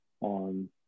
on